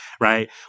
right